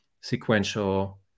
sequential